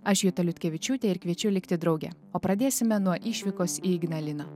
aš juta liutkevičiūtė ir kviečiu likti drauge o pradėsime nuo išvykos į ignaliną